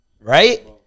right